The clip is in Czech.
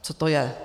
Co to je?